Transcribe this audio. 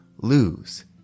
lose